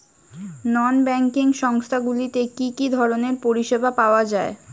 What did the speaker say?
নন banking সংস্থা গুলিতে কি কি ধরনের পরিসেবা পাওয়া য়ায়?